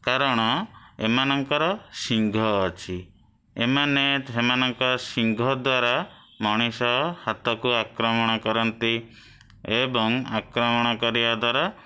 କାରଣ ଏମାନଙ୍କର ଶିଙ୍ଘ ଅଛି ଏମାନେ ସେମାନଙ୍କ ଶିଙ୍ଘ ଦ୍ଵାରା ମଣିଷ ହାତକୁ ଆକ୍ରମଣ କରନ୍ତି ଏବଂ ଆକ୍ରମଣ କରିବା ଦ୍ଵାରା